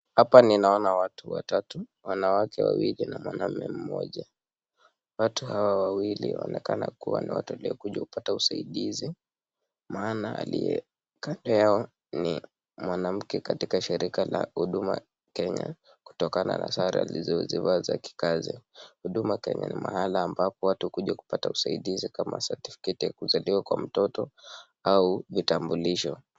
Hapa ninaona watu watatu , wanawake wawili na mwanaume mmoja, watu hao wawili wanaonekana kuwa wamekuja kupata usaidizi maana aliye kando yao ni mwanamke katika shirika la huduma Kenya kutoka na sare alizo zivaa za kikazi, huduma Kenya mi mahala ambapo watu hukuja kupata usaidizi kama certificte ya kuzaliwa kwa mtoto au vitambulisho.